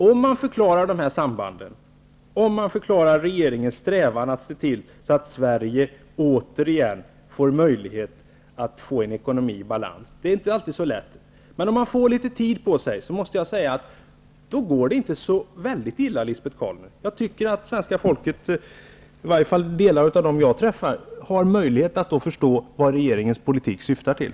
Om man förklarar sambanden, förklarar regeringens strävan att se till att Sverige återigen har möjlighet att få en ekonomi i balans -- det är inte alltid så lätt, om man inte får tid på sig -- går det inte så illa, Lisbet Calner. Jag tror att svenska folket, i varje fall en del av dem som jag träffar, då har möjlighet att förstå vad regeringens politik syftar till.